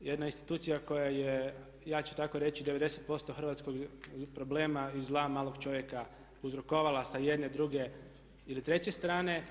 Jedna institucija koja je ja ću tako reći 90% hrvatskog problema i zla malog čovjeka uzrokovala sa jedne, druge ili treće strane.